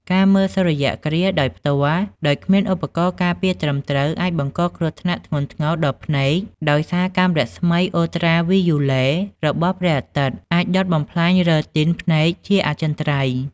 ការមើលសូរ្យគ្រាសដោយផ្ទាល់ដោយគ្មានឧបករណ៍ការពារត្រឹមត្រូវ អាចបង្កគ្រោះថ្នាក់ធ្ងន់ធ្ងរដល់ភ្នែក ដោយសារកាំរស្មីអ៊ុលត្រាវីយ៉ូឡេ របស់ព្រះអាទិត្យអាចដុតបំផ្លាញរីទីនភ្នែកជាអចិន្ត្រៃយ៍ ។